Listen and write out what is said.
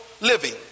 living